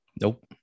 Nope